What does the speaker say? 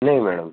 નહીં મેડમ